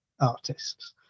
artists